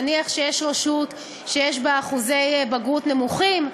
נניח שיש רשות שיש בה אחוזי בגרות נמוכים,